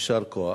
יישר כוח.